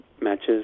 matches